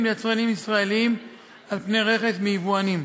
ליצרנים ישראלים על פני רכש מיבואנים.